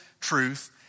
truth